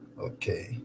okay